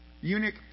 eunuch